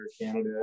Canada